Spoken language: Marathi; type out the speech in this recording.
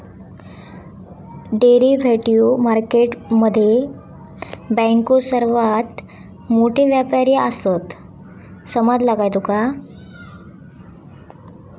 डेरिव्हेटिव्ह मार्केट मध्ये बँको सर्वात मोठे व्यापारी आसात, समजला काय तुका?